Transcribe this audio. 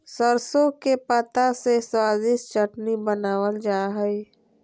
सरसों के पत्ता से स्वादिष्ट चटनी बनावल जा हइ